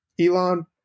Elon